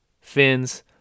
fins